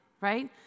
right